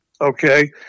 okay